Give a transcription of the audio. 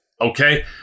Okay